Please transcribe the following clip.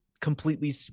completely